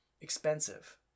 expensive